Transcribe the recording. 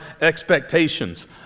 expectations